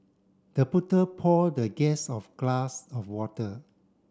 the pour the guest of glass of water